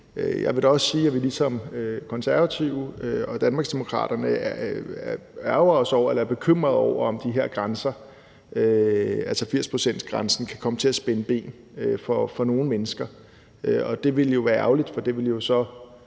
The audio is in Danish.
Jeg vil da også sige, at vi ligesom Konservative og Danmarksdemokraterne ærgrer os over eller er bekymret over, om de her grænser, altså 80-procentsgrænsen, kan komme til at spænde ben for nogle mennesker, og det ville jo være ærgerligt, for det ville så